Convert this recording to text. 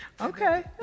Okay